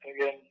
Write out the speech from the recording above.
again